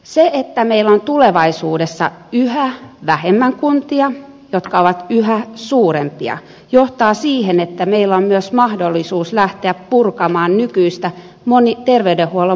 se että meillä on tulevaisuudessa yhä vähemmän kuntia ja ne ovat yhä suurempia johtaa siihen että meillä on myös mahdollisuus lähteä purkamaan nykyistä terveydenhuollon monikanavarahoitusta